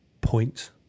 point